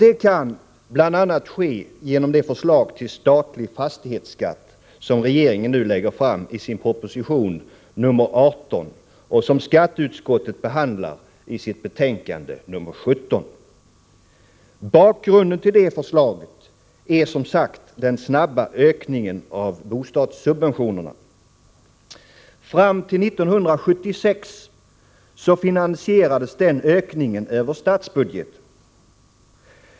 Det kan bl.a. ske genom det förslag till statlig fastighetsskatt som regeringen nu lägger fram i sin proposition nr 18 och som skatteutskottet behandlar i sitt betänkande nr 17. Bakgrunden till förslaget är som sagt den snabba ökningen av bostadssubventionerna. Fram till 1976 finansierades den över statsbudgeten.